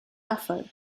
offer